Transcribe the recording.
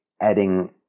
adding